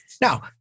Now